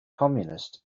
communist